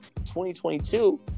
2022